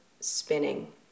spinning